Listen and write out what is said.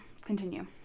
continue